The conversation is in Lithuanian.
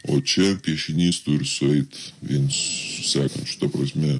o čia piešinys turi sueit viens su sekančiu ta prasme